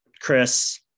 Chris